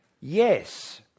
yes